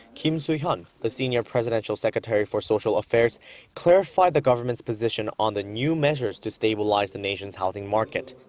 kim su-hyun, the senior presidential secretary for social affairs clarified the government's position on the new measures to stabilize the nation's housing market.